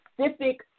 specific